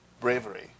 bravery